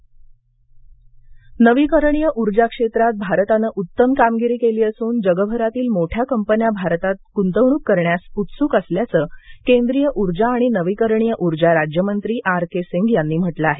नविकरणीय ऊर्जा परिषद नविकरणीय ऊर्जा क्षेत्रात भारतानं उत्तम कामगिरी केली असून जगभरातील मोठ्या कंपन्या भारतात गुंतवणूक करण्यास उत्सुक असल्याचं केंद्रीय ऊर्जा आणि नविकरणीय ऊर्जा राज्यमंत्री आर के सिंघ यांनी म्हटलं आहे